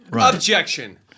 Objection